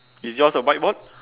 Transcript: is yours a white board